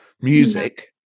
music